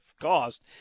cost